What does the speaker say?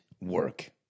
work